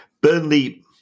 Burnley